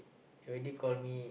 she already call me